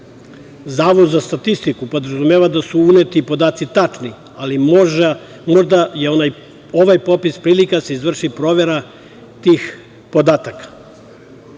Zavod za statistiku podrazumeva da su uneti podaci tačni, ali možda je ovaj popis prilika da se izvrši provera tih podataka.